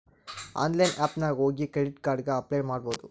online app ನಾಗ್ ಹೋಗಿ credit card ಗ ಅಪ್ಲೈ ಮಾಡ್ಬೋದು